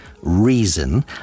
reason